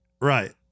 right